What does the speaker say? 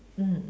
mm mm